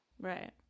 Right